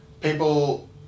people